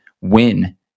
win